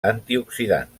antioxidant